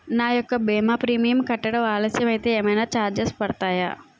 నా యెక్క భీమా ప్రీమియం కట్టడం ఆలస్యం అయితే ఏమైనా చార్జెస్ పడతాయా?